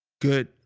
good